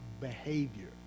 behavior